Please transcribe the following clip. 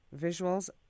Visuals